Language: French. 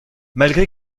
malgré